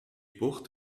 bucht